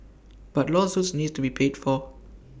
but lawsuits need to be paid for